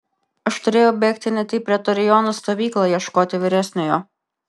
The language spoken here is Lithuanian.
aš turėjau bėgti net į pretorionų stovyklą ieškoti vyresniojo